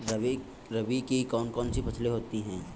रबी की कौन कौन सी फसलें होती हैं?